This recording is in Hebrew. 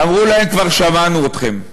אמרו להם: כבר שמענו אתכם.